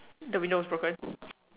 the window is broken